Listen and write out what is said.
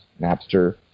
Napster